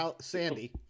Sandy